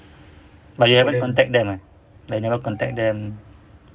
but you haven't contact them eh like never contact them